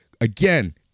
Again